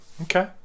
Okay